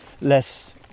less